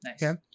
Nice